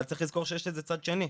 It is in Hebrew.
אבל צריך לזכור שיש לזה צד שני,